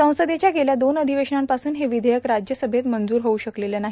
संसदेच्या गेल्या दोन अधिवेशनांपासून हे विधेयक राज्यसभेत मंजूर होऊ शकलेलं नाही